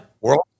world